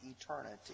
eternity